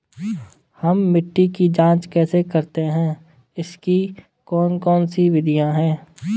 हम मिट्टी की जांच कैसे करते हैं इसकी कौन कौन सी विधियाँ है?